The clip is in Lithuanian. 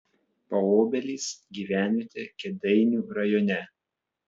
paobelys gyvenvietė kėdainių rajone